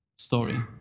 Story